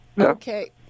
Okay